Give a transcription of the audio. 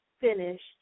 finished